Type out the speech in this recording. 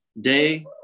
day